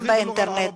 גם באינטרנט.